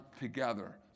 together